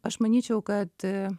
aš manyčiau kad